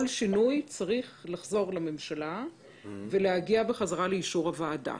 כל שינוי צריך לחזור לממשלה ולהגיע בחזרה לאישור הוועדה.